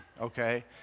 okay